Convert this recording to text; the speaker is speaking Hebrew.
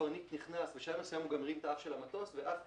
הוא איבד את ההתמצאות ובשלב מסוים גם הרים את האף של המטוס וכשמרימים